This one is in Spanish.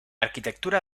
arquitectura